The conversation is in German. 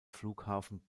flughafen